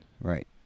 Right